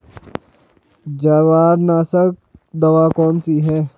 जवारनाशक दवा कौन सी है?